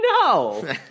No